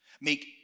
Make